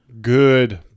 good